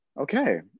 okay